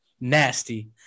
nasty